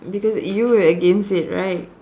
because you were against it right